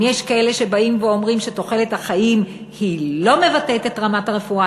אם יש כאלה שבאים ואומרים שתוחלת החיים לא מבטאת את רמת הרפואה,